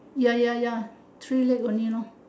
ya ya ya three leg only lor